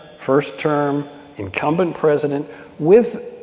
first-term incumbent president with,